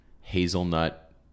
hazelnut